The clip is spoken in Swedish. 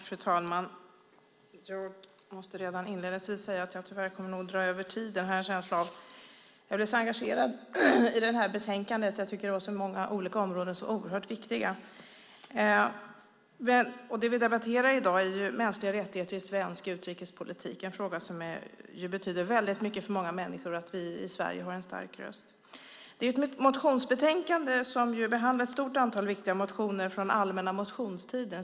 Fru talman! Jag måste redan inledningsvis säga att jag har en känsla av att jag tyvärr kommer att dra över min anmälda talartid. Jag blev så engagerad av det här betänkandet. Det är så många olika områden som är oerhört viktiga. Det vi debatterar i dag är mänskliga rättigheter i svensk utrikespolitik. Det betyder väldigt mycket för många människor att vi i Sverige har en stark röst i den frågan. Det är ett motionsbetänkande som behandlar ett stort antal viktiga motioner från allmänna motionstiden.